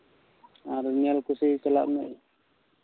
ᱟᱨ ᱧᱮᱞ ᱠᱩᱥᱤ ᱪᱟᱞᱟᱜ ᱢᱮ